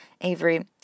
Avery